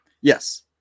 yes